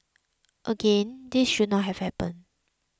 again this should not have happened